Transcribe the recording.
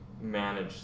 manage